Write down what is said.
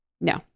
No